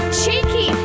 cheeky